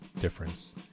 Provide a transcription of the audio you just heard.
difference